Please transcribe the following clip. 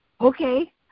okay